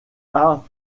art